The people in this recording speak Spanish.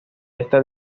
esta